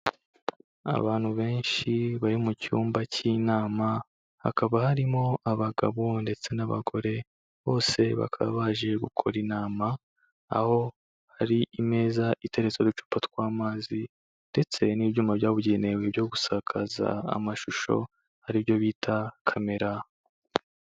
Abantu benshi bari mu cyumba cy'inama hakaba harimo abagabo ndetse n'abagore bose bakaba baje gukora intama, aho hari imeza iteretseho uducupa tw'amazi ndetse n'ibyuma byabugenewe byo gusakaza amashusho aribyo bita kamera.